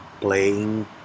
playing